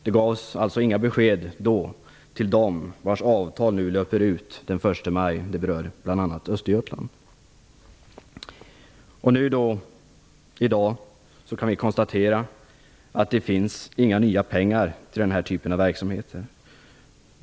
Det gavs alltså inga besked till dem, vars avtal nu löper ut den 1 maj - det berör bl.a. I dag kan vi konstatera att det inte finns några nya pengar till den här typen av verksamheter.